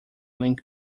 link